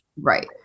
right